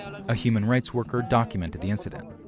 and a human rights worker documented the incident.